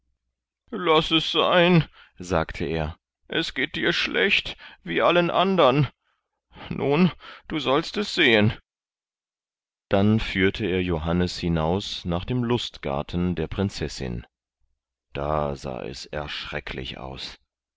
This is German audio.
laß es sein sagte er es geht dir schlecht wie allen andern nun du sollst es sehen dann führte er johannes hinaus nach dem lustgarten der prinzessin da sah es erschrecklich aus